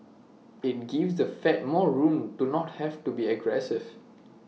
IT gives the fed more room to not have to be aggressive